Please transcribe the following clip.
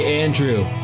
Andrew